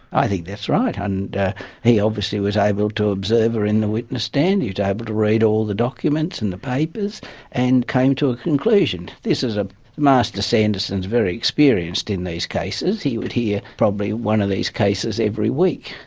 i think that's right, and he obviously was able to observe her in the witness stand, he was able to read all the documents and the papers and came to a conclusion. this is, ah master sanderson is very experienced in these cases. he would hear probably one of these cases every week.